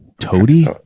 toady